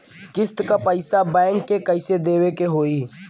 किस्त क पैसा बैंक के कइसे देवे के होई?